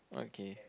okay